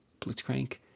Blitzcrank